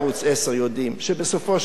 שבסופו של דבר זה יסתדר.